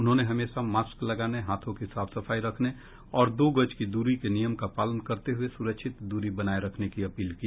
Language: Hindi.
उन्होंने हमेशा मास्क लगानेहाथों की साफ सफाई रखने और दो गज की दूरी के नियम का पालन करते हुए सुरक्षित दूरी बनाए रखने की अपील की